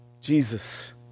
Jesus